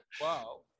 Wow